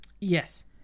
yes